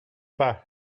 pas